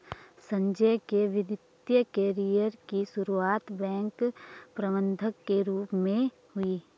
संजय के वित्तिय कैरियर की सुरुआत बैंक प्रबंधक के रूप में हुई